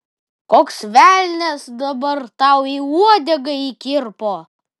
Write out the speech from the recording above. koks velnias dabar tau į uodegą įkirpo